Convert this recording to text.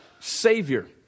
Savior